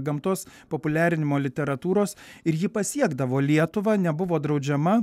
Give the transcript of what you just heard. gamtos populiarinimo literatūros ir ji pasiekdavo lietuvą nebuvo draudžiama